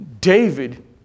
David